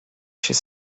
chez